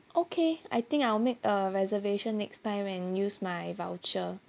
okay I think I'll make a reservation next time and use my voucher